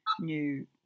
new